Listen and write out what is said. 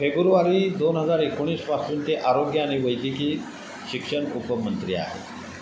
February दोन हजार एकोणीसपासून ते आरोग्य आणि वैद्यकीय शिक्षण उपमंत्री आहे